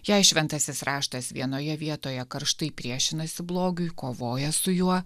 jei šventasis raštas vienoje vietoje karštai priešinasi blogiui kovoja su juo